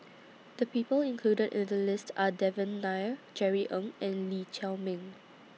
The People included in The list Are Devan Nair Jerry Ng and Lee Chiaw Meng